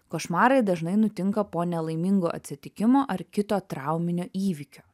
košmarai dažnai nutinka po nelaimingo atsitikimo ar kito trauminio įvykio